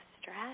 stress